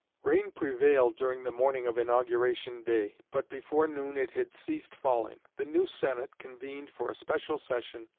rain prevailed during the morning of inauguration day, but before noon it had ceased falling. the new senate, convened for a special session,